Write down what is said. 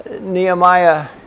Nehemiah